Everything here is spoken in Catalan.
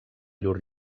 llur